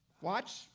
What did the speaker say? Watch